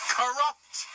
corrupt